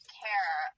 care